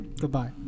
Goodbye